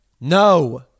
No